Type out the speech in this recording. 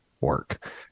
work